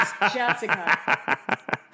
Jessica